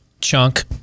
Chunk